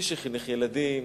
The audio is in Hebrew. מי שחינך ילדים,